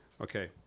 Okay